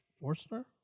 Forstner